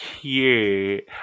cute